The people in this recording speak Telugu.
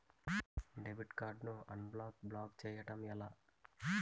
డెబిట్ కార్డ్ ను అన్బ్లాక్ బ్లాక్ చేయటం ఎలా?